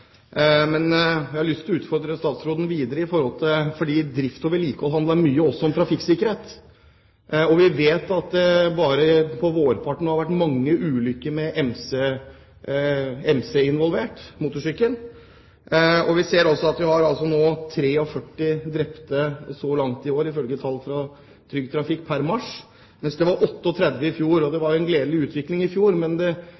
men jeg har lyst til å utfordre statsråden videre. Drift og vedlikehold handler også mye om trafikksikkerhet. Vi vet at det bare på vårparten har vært mange ulykker med MC-er, motorsykler, involvert. Vi ser at det er 43 drepte så langt i år, ifølge tall fra Trygg Trafikk pr. mars, mens det var 38 drepte i fjor. Det var en gledelig utvikling i fjor, men det